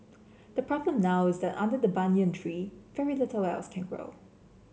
the problem now is that under the banyan tree very little else can grow